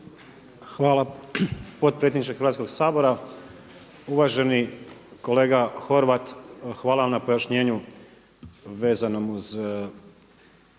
Hvala potpredsjedniče Hrvatskoga sabora. Uvaženi kolega Horvat, hvala vam na pojašnjenju vezanom uz